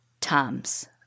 times